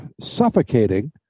suffocating